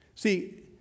See